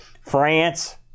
France